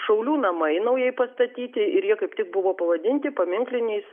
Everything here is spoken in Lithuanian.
šaulių namai naujai pastatyti ir jie kaip tik buvo pavadinti paminkliniais